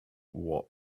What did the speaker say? what